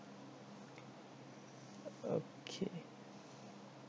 okay